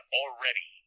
already